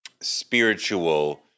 spiritual